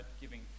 giving